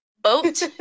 boat